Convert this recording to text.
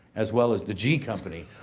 as well as the g company,